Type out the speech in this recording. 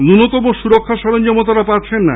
ন্যুনতম সুরক্ষা সরঞ্জামও তারা পাচ্ছেন না